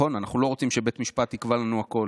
נכון, אנחנו לא רוצים שבית משפט יקבע לנו הכול,